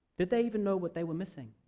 did they even know what they were missing?